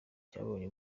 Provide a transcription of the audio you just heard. cyabonye